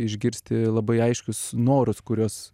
išgirsti labai aiškius norus kuriuos